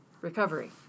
recovery